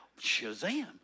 Shazam